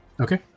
Okay